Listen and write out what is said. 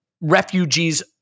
refugees